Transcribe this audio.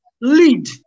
lead